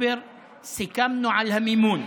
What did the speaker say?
שבאוקטובר סיכמנו על המימון.